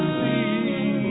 see